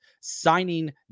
signing